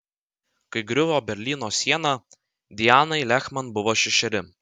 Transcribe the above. kai griuvo berlyno siena dianai lehman buvo šešeri